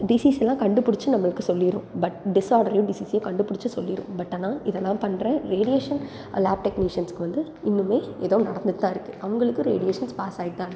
disease எல்லாம் கண்டுபிடிச்சி நம்மளுக்கு சொல்லிடும் பட் டிஸ்ஆர்டரையும் டிசீஸையும் கண்டுபுடிச்சி சொல்லிடும் பட் ஆனால் இதெல்லாம் பண்ணுற ரேடியேஷன் லேப் டெக்னீஷியன்ஸுக்கு வந்து இன்னுமே ஏதோ நடந்துட்டு தான் இருக்குது அவங்களுக்கு ரேடியேஷன்ஸ் பாஸ் ஆகிட்டு தான் இருக்குது